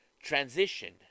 transition